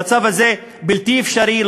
המצב הזה בלתי אפשרי,